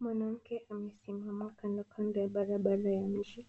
Mwanamke amesema kando kando ya barabara ya mishe.